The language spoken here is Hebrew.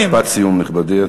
משפט סיום, נכבדי.